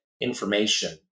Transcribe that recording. information